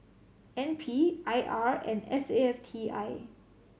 N P I R and S A F T I